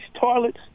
toilets